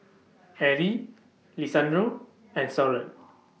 Arie Lisandro and Soren